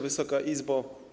Wysoka Izbo!